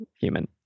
human